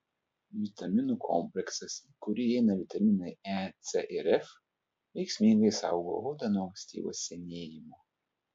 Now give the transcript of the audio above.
vitaminų kompleksas į kurį įeina vitaminai e c ir f veiksmingai saugo odą nuo ankstyvo senėjimo